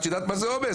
את יודעת מה זה עומס?